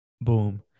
boom